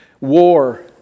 War